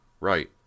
Right